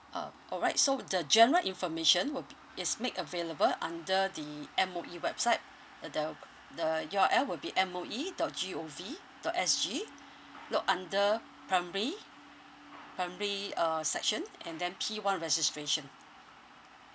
um all right so the general information will be is make available under the M_O_E website uh the the U_R_L will be M O E dot G O V dot S G look under primary primary uh section and then P one registration